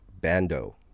Bando